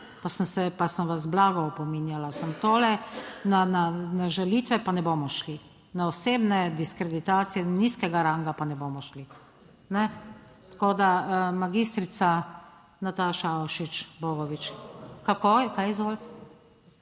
pa sem vas blago opominjala, sem tole, na žalitve pa ne bomo šli. Na osebne diskreditacije nizkega ranga pa ne bomo šli, ne. Tako da, magistrica Nataša Avšič Bogovič. Kako? Kaj...